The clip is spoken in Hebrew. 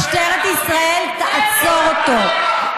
משטרת ישראל תעצור אותו.